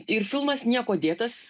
ir filmas niekuo dėtas